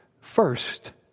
first